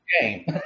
game